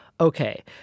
Okay